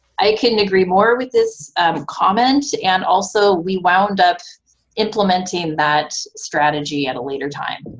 i couldn't agree more with this comment, and also we wound up implementing that strategy at a later time.